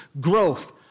growth